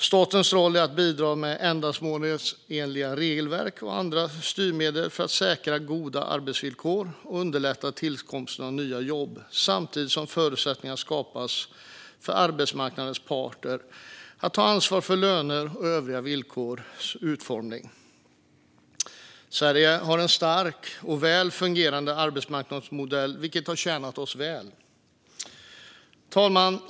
Statens roll är att bidra med ett ändamålsenligt regelverk och andra styrmedel för att säkra goda arbetsvillkor och underlätta tillkomsten av nya jobb, samtidigt som förutsättningar skapas för arbetsmarknadens parter att ta ansvar för löner och övriga villkors utformning. Sverige har en stark och väl fungerande arbetsmarknadsmodell, vilken har tjänat oss väl. Herr talman!